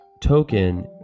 token